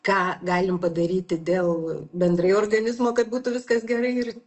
ką galim padaryti dėl bendrai organizmo kad būtų viskas gerai ir